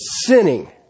sinning